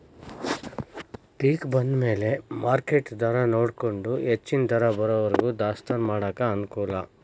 ಪಿಕ್ ಬಂದಮ್ಯಾಲ ಮಾರ್ಕೆಟ್ ದರಾನೊಡಕೊಂಡ ಹೆಚ್ಚನ ದರ ಬರುವರಿಗೂ ದಾಸ್ತಾನಾ ಮಾಡಾಕ ಅನಕೂಲ